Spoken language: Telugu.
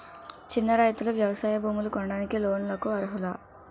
చిన్న రైతులు వ్యవసాయ భూములు కొనడానికి లోన్ లకు అర్హులా?